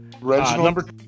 Reginald